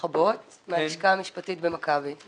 הלשכה המשפטית, קופת חולים מכבי.